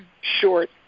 short